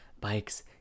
Bikes